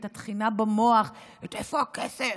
את הטחינה במוח: איפה הכסף?